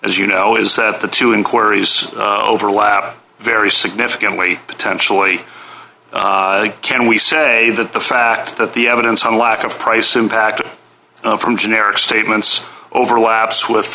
as you know is that the two inquiries overlap very significantly potentially can we say that the fact that the evidence and lack of price impact from generic statements overlaps with